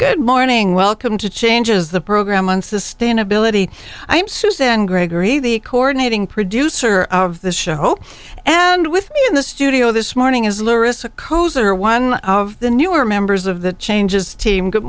good morning welcome to changes the program on sustainability i'm susan gregory the coordinating producer of the show and with me in the studio this morning is lorissa kozar one of the newer members of the changes team good